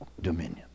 dominion